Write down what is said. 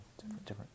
Different